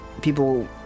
People